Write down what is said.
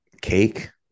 cake